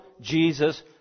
Jesus